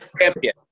champion